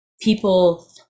people